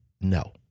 no